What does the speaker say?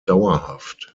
dauerhaft